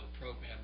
program